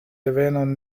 devenon